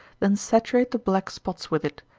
then saturate the black spots with it,